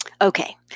Okay